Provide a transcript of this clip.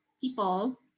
people